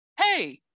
hey